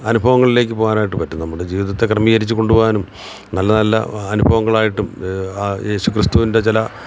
അനുഭവങ്ങളിലേക്കു പോകാനായിട്ടു പറ്റും നമ്മുടെ ജീവിതത്തെ ക്രമീകരിച്ചു കൊണ്ടു പോകാനും നല്ല നല്ല അനുഭവങ്ങളായിട്ടും ആ യേശു ക്രിസ്തുവിൻ്റെ ചില